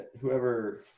whoever